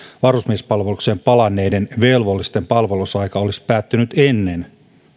varusmiespalvelukseen palanneiden velvollisten palvelusaika olisi päättynyt ennen